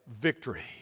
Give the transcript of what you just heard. victory